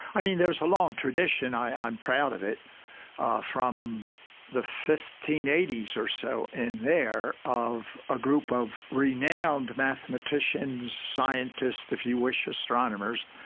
i mean, there's a long tradition i'm proud of it from the fifteen eighty s or so in there of a group of renowned mathematicians, scientists, if you wish, astronomers,